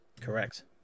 Correct